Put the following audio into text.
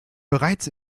bereits